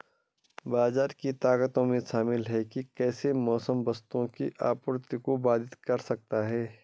बाजार की ताकतों में शामिल हैं कि कैसे मौसम वस्तुओं की आपूर्ति को बाधित कर सकता है